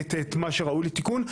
את מה שראוי לתיקון.